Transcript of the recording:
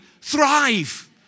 Thrive